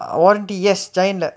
warranty yes Giant leh